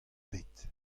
bet